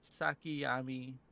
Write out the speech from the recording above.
Sakiyami